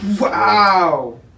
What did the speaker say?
Wow